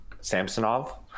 Samsonov